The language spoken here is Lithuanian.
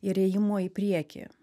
ir ėjimo į priekį